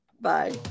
Bye